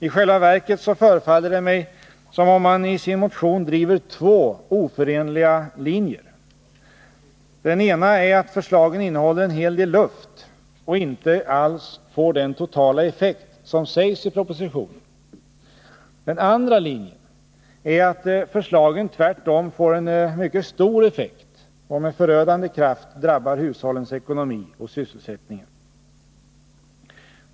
I själva verket förefaller det mig som om man i sin motion driver två oförenliga linjer. Den ena är att förslagen innehåller en hel del luft och inte alls får den totala effekt som sägs i propositionen. Den andra linjen är att förslagen tvärtom får en mycket stor effekt och med förödande kraft drabbar hushållens ekonomi och sysselsättningen.